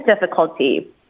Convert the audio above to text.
difficulty